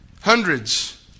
Hundreds